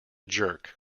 jerk